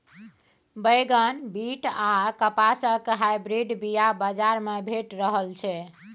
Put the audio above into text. बैगन, बीट आ कपासक हाइब्रिड बीया बजार मे भेटि रहल छै